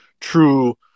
true